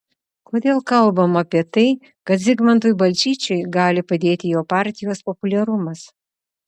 kodėl kalbama apie tai kad zigmantui balčyčiui gali padėti jo partijos populiarumas